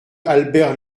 albert